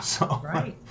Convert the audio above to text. Right